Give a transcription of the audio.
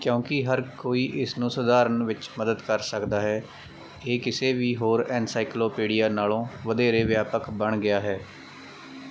ਕਿਉਂਕਿ ਹਰ ਕੋਈ ਇਸ ਨੂੰ ਸੁਧਾਰਨ ਵਿੱਚ ਮਦਦ ਕਰ ਸਕਦਾ ਹੈ ਇਹ ਕਿਸੇ ਵੀ ਹੋਰ ਐਨਸਾਈਕਲੋਪੀਡੀਆ ਨਾਲੋਂ ਵਧੇਰੇ ਵਿਆਪਕ ਬਣ ਗਿਆ ਹੈ